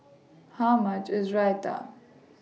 How much IS Raita